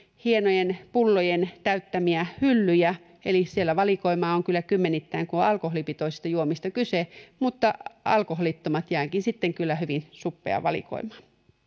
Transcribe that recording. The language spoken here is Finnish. hienojen pullojen täyttämiä hyllyjä eli siellä valikoimaa on kyllä kymmenittäin kun on alkoholipitoisista juomista kyse mutta alkoholittomat jäävätkin sitten kyllä hyvin suppeaan valikoimaan